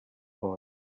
boy